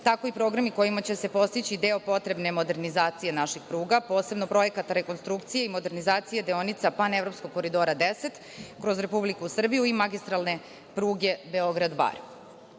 tako i programi kojima će se postići deo potrebne modernizacije naših pruga, posebno projekat rekonstrukcije i modernizacije deonica Panevropskog Koridora 10, kroz Republiku Srbiju i magistralne pruge Beograd